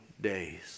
days